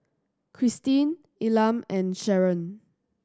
Kristyn Elam and Sharon